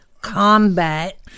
combat